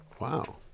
Wow